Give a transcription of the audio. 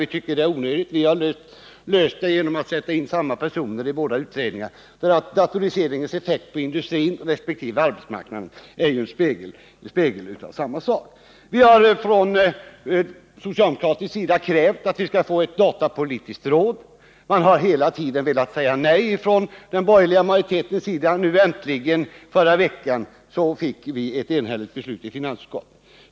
Vitycker att det är onödigt och har löst detta genom att sätta samma personer i båda utredningarna, för datoriseringens effekter på industrin resp. arbetsmarknaden är ju spegelbilder av samma sak. Från socialdemokratisk sida har vi krävt att få ett datapolitiskt råd. Den borgerliga majoriteten har hela tiden velat säga nej, men i förra veckan fick vi äntligen ett enhälligt beslut i finansutskottet.